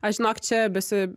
aš žinok čia besi